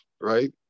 right